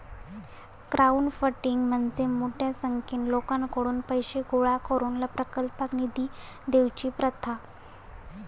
crowdfunding म्हणजे मोठ्या संख्येन लोकांकडुन पैशे गोळा करून प्रकल्पाक निधी देवची प्रथा